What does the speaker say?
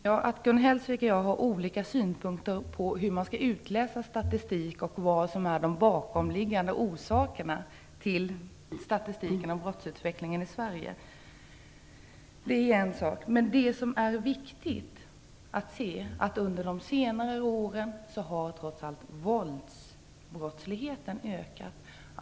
Fru talman! Att Gun Hellsvik och jag har olika synpunkter på hur man skall läsa statistik och på de bakomliggande orsakerna till brottsutvecklingen i Sverige är visserligen klart, men det viktiga är att våldsbrottsligheten har ökat under senare år.